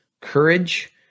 Courage